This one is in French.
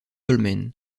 dolmen